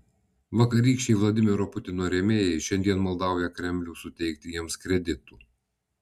vakarykščiai vladimiro putino rėmėjai šiandien maldauja kremlių suteikti jiems kreditų